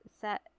set